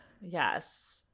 Yes